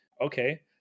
okay